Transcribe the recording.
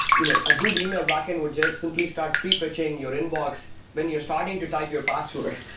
you know a good email backend would just simply start prefetching your inbox when you're starting to type your password.